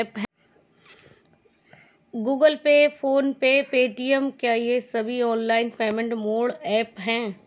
Google Pay PhonePe और Paytm क्या ये सभी ऑनलाइन पेमेंट मोड ऐप हैं?